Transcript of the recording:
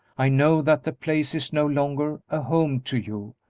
i know that the place is no longer a home to you,